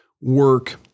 work